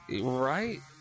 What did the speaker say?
right